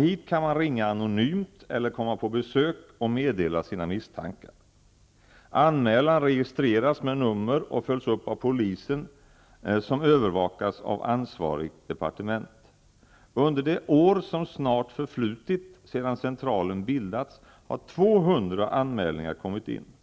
Hit kan man ringa anonymt eller komma på besök och meddela sin misstankar. Anmälan registreras med nummer och följs upp av polisen, som övervakas av ansvarigt departement. Under det år som snart förflutit sedan centralen bildades, har 200 anmälningar kommit in.